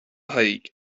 thaidhg